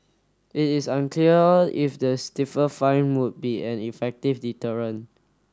it is unclear if the stiffer fine would be an effective deterrent